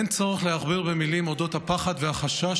אין צורך להכביר מילים על אודות הפחד והחשש